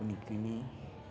निकै नै